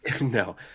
No